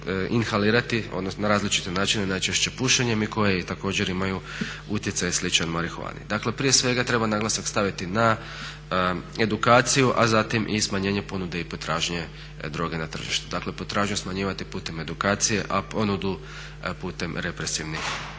inhalirati na različite načine, najčešće pušenjem i koje također imaju utjecaj sličan marihuani. Dakle, prije svega treba naglasak staviti na edukaciju a zatim i smanjenje ponude i potražnje droge na tržištu. Dakle, potražnju smanjivati putem edukacije a ponudu putem represivnih